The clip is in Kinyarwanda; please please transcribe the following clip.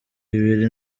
bibiri